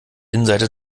innenseite